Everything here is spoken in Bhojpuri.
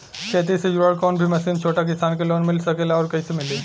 खेती से जुड़ल कौन भी मशीन छोटा किसान के लोन मिल सकेला और कइसे मिली?